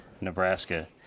Nebraska